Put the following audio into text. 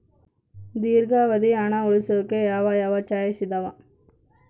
ದೇರ್ಘಾವಧಿ ಹಣ ಉಳಿಸೋಕೆ ಯಾವ ಯಾವ ಚಾಯ್ಸ್ ಇದಾವ?